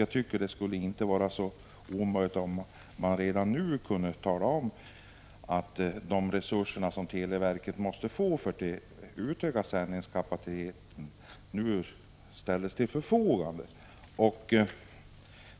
Jag tycker inte att det skulle vara omöjligt att redan nu tala om att de resurser som televerket måste få för att kunna utöka sändningskapaciteten kommer att ställas till förfogande.